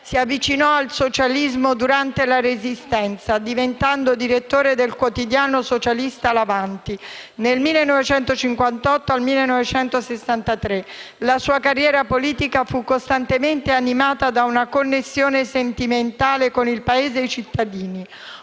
Si avvicinò al socialismo durante la Resistenza, diventando direttore del quotidiano socialista «L'Avanti» dal 1958 al 1963. La sua carriera politica fu costantemente animata da una connessione sentimentale con il Paese ed i cittadini.